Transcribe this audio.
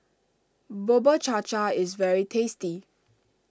Bubur Cha Cha is very tasty